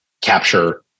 capture